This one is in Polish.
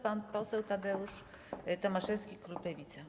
Pan poseł Tadeusz Tomaszewski, klub Lewica.